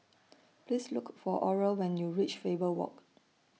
Please Look For Oral when YOU REACH Faber Walk